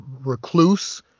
recluse